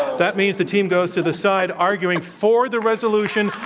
that means the team goes to the side arguing for the resolution,